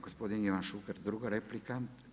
Gospodin Ivan Šuker druga replika.